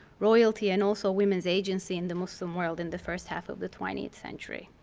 royalty and also women's agency in the muslim world in the first half of the twentieth century.